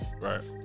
Right